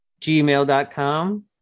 gmail.com